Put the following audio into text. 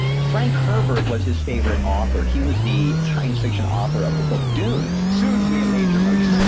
frank herbert was his favorite author. he was the science fiction author of the book dune soon to be a major motion.